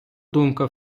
думка